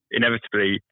inevitably